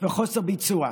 ובחוסר ביצוע.